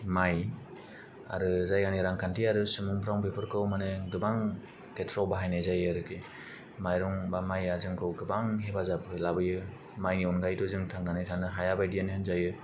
माय आरो जायगानि रांखान्थि आरो सुबुंफ्राव बेफोरखौ मानि गोबां खेथ्रआव बाहायनाय जायो आरोखि मायरं बा माया जोंखौ गोबां हेफाजाब लाबोयो मायनि अनगायैथ' जोंनो थांनानै थानां हाया बादिआनो होनजायो